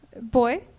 Boy